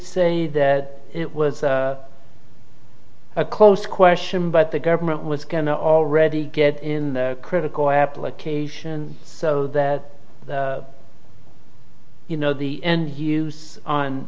say that it was a close question but the government was going to already get in the critical application so that you know the end user on